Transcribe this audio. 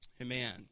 Amen